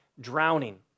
drowning